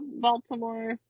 Baltimore